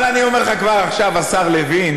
אבל אני אומר לך כבר עכשיו, השר לוין,